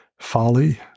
folly